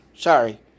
Sorry